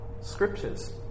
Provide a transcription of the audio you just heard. scriptures